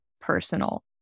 personal